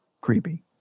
creepy